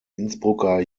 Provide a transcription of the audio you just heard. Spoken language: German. innsbrucker